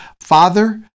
Father